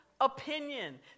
opinion